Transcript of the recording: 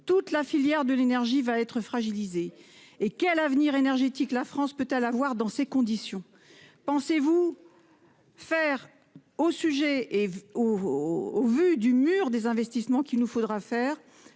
toute la filière de l'énergie va être fragilisé et quel avenir énergétique. La France peut à la voir dans ces conditions. Pensez-vous. Faire au sujet et au, au vu du mur des investissements qu'il nous faudra faire.